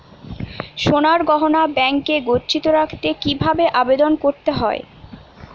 সোনার গহনা ব্যাংকে গচ্ছিত রাখতে কি ভাবে আবেদন করতে হয়?